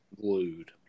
glued